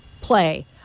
play